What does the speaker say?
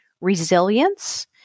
resilience